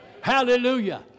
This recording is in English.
Hallelujah